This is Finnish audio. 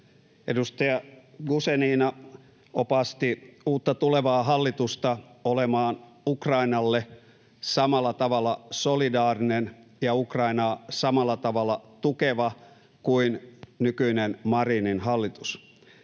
Edustaja Guzenina opasti uutta, tulevaa hallitusta olemaan Ukrainalle samalla tavalla solidaarinen ja Ukrainaa samalla tavalla tukeva kuin nykyinen, Marinin hallitus.